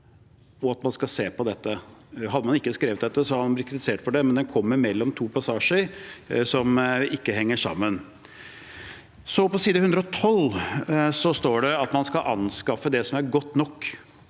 at man skal se på dette. Hadde man ikke skrevet dette, så hadde man blitt kritisert for det, men det kommer mellom to passasjer som ikke henger sammen. På side 112 står det at man skal anskaffe det som er «godt nok».